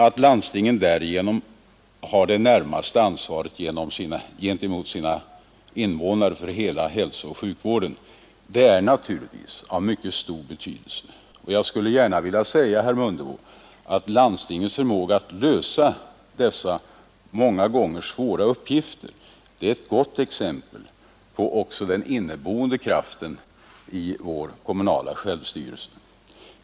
Att landstingen därigenom har det närmaste ansvaret gentemot sina invånare för hela hälsooch sjukvården är naturligtvis av mycket stor betydelse. Landstingens förmåga att lösa dessa många gånger svåra uppgifter är, herr Mundebo, ett gott exempel också på den inneboende kraften i vår kommunala självstyrelse.